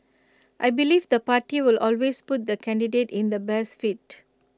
I believe the party will always put the candidate in the best fit